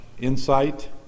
insight